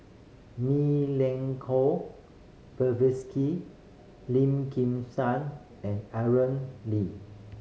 Milenko Prvacki Lim Kim San and Aaron Lee